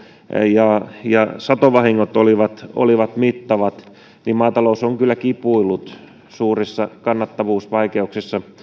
ja ja satovahingot olivat olivat mittavat niin maatalous on kyllä kipuillut suurissa kannattavuusvaikeuksissa